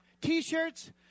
t-shirts